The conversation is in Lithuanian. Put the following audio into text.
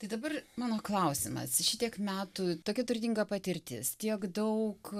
tai dabar mano klausimas šitiek metų tokia turtinga patirtis tiek daug